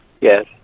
yes